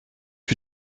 que